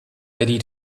idea